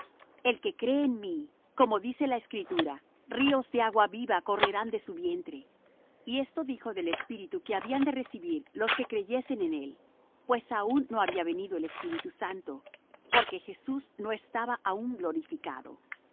el que cree en mí como dice la escritura ríos de agua viva correrán de su vientre y esto dijo del espíritu que habían de recibir los que creyesen en él pues aun no había venido el espíritu santo porque jesús no estaba aún glorificado